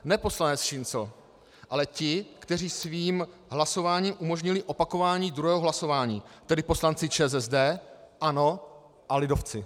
Ne poslanec Šincl, ale ti, kteří svým hlasováním umožnili opakování druhého hlasování, tedy poslanci ČSSD, ANO a lidovci.